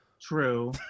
True